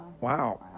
Wow